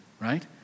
right